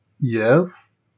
Yes